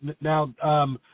Now